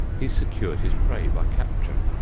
he secured his prey by capture,